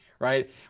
right